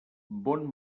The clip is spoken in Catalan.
bon